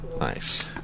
Nice